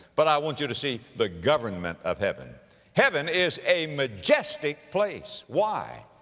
but i want you to see the government of heaven heaven is a majestic place. why?